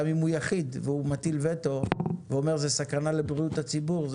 גם אם הוא יחיד והוא מטיל וטו ואומר שזאת סכנה לבריאות הציבור,